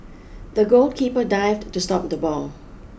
the goalkeeper dived to stop the ball